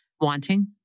wanting